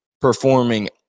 Performing